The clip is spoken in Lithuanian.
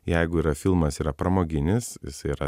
jeigu yra filmas yra pramoginis jisai yra